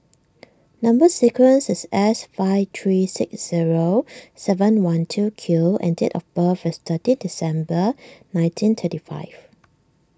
Number Sequence is S five three six zero seven one two Q and date of birth is thirteen December nineteen thirty five